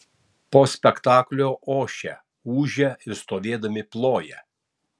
po spektaklio ošia ūžia ir stovėdami ploja